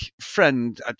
friend